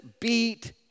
beat